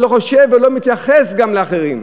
ולא חושב ולא מתייחס גם לאחרים.